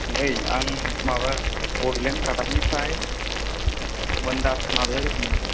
नै आं माबा बड'लेण्ड रादाबनिफ्राय मोनदास नारजारि बुंदों